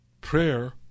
Prayer